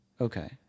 Okay